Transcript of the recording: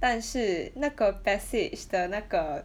但是那个 passage 的那个